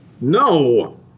No